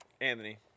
Anthony